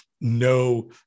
no